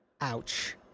Ouch